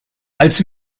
als